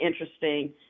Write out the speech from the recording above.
interesting